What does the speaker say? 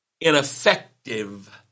ineffective